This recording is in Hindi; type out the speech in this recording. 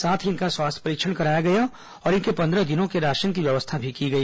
साथ ही इनका स्वास्थ्य परीक्षण कराया गया और इनके पंद्रह दिनों के राशन की व्यवस्था भी की गई